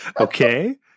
Okay